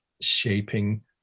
shaping